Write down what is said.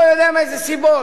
לא יודע מאיזה סיבות,